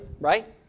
right